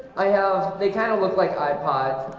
i have they kind of look like ipods.